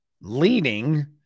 leading